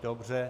Dobře.